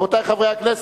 רבותי חברי הכנסת,